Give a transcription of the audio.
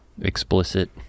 Explicit